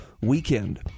weekend